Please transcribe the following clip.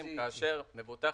כאשר מבוטח